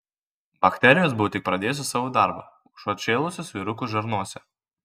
bakterijos buvo tik pradėjusios savo darbą užuot šėlusios vyruko žarnose